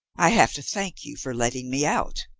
i have to thank you for letting me out,